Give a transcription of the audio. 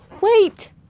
Wait